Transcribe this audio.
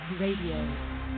Radio